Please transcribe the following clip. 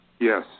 Yes